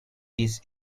this